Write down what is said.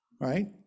right